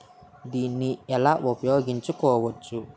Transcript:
దీన్ని ఎలా ఉపయోగించు కోవచ్చు?